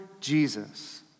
Jesus